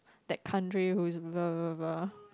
that country who is blah blah blah